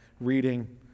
reading